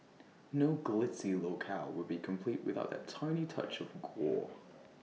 no glitzy locale would be complete without that tiny touch of gore